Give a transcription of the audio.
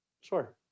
Sure